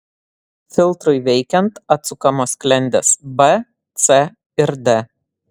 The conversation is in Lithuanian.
filtrui veikiant atsukamos sklendės b c ir d